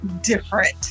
different